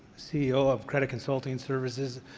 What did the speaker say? ceo of credit consulting services,